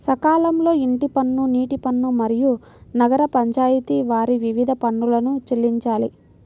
సకాలంలో ఇంటి పన్ను, నీటి పన్ను, మరియు నగర పంచాయితి వారి వివిధ పన్నులను చెల్లించాలి